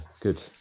good